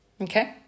okay